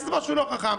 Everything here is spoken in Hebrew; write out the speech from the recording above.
זה משהו לא חכם.